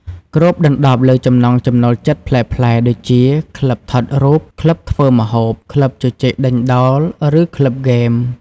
គ្របដណ្តប់លើចំណង់ចំណូលចិត្តប្លែកៗ ដូចជា ក្លឹបថតរូប ក្លឹបធ្វើម្ហូប ក្លឹបជជែកដេញដោល ឬក្លឹបហ្គេម។